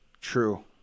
True